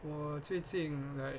我最进 like